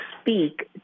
speak